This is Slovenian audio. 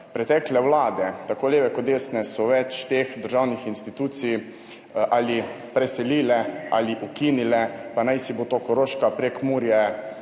Pretekle vlade, tako leve kot desne, so več teh državnih institucij ali preselile ali ukinile, pa najsibo to Koroška, Prekmurje,